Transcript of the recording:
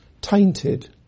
tainted